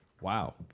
Wow